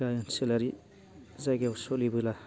ओनसोलारि जायगायाव सोलिब्ला